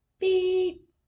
Beep